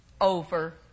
over